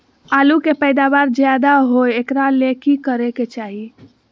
आलु के पैदावार ज्यादा होय एकरा ले की करे के चाही?